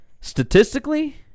statistically